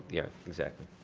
yeah, exactly.